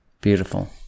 Beautiful